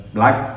Black